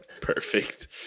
Perfect